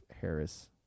Harris